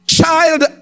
child